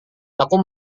aku